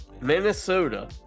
Minnesota